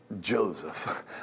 Joseph